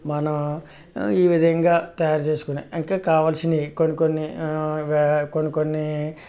మనం ఈ విధంగా తయారు చేసుకొని ఇంకా కావాల్సిన కొన్ని కొన్ని వ్యా కొన్ని కొన్ని